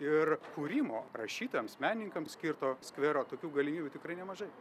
ir kūrimo rašytojams menininkams skirto skvero tokių galimybių tikrai nemažai